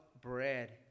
bread